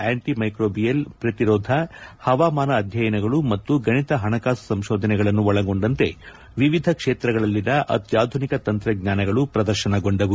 antimicrobial ಪ್ರತಿರೋಧ ಹವಾಮಾನ ಅಧ್ಯಯನಗಳು ಮತ್ತು ಗಣಿತ ಹಣಕಾಸು ಸಂಶೋಧನೆಗಳನ್ನು ಒಳಗೊಂಡಂತೆ ವಿವಿಧ ಕ್ಷೇತ್ರಗಳಲ್ಲಿನ ಅತ್ಯಾಧುನಿಕ ತಂತ್ರಜ್ಞಾನಗಳು ಪ್ರದರ್ಶನಗೊಂಡವು